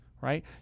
right